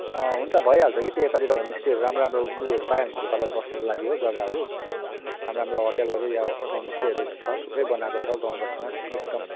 हुन्छ भइहाल्छ कि त्यो यतातिर होमस्टेहरू राम्रो राम्रो उयोहरू पाइहाल्नुहुन्छ तपाईँ बस्नुको लागि हो जग्गाहरू राम्रो राम्रो होटेलहरू या होमस्टेहरू छ थुप्रै बनाएको छ गाउँ बस्तीमा एकदम